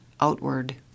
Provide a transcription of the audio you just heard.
outward